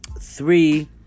three